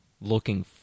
looking